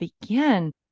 begin